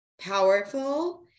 powerful